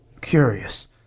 Curious